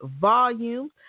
Volume